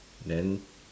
and then